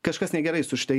kažkas negerai su šita